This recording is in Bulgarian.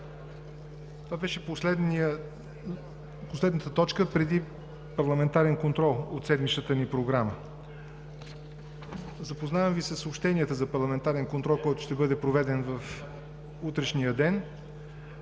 Това беше последната точка преди парламентарния контрол от седмичната ни програма. Запознавам Ви със съобщенията за парламентарен контрол, който ще бъде проведен в утрешния ден: